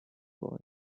boy